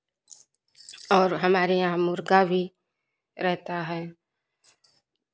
और हमारे यहाँ मुर्गा भी रहता है